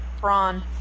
Brawn